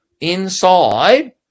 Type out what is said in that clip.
inside